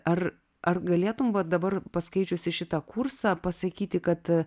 ar ar galėtum va dabar paskaičiusi šitą kursą pasakyti kad